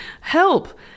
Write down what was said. Help